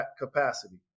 capacity